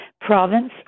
province